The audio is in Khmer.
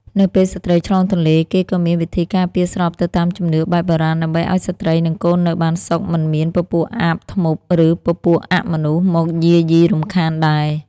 នៅពេលស្ត្រីឆ្លងទន្លេរគេក៏មានវិធីការពារស្របទៅតាមជំនឿបែបបុរាណដើម្បីឲ្យស្រ្តីនិងកូននៅបានសុខមិនមានពពួកអាបធ្មប់ឬពពួកអមនុស្សមកយាយីរំខានដែរ